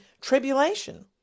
tribulation